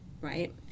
right